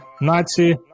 Nazi